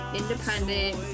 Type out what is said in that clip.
independent